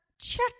check